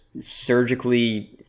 surgically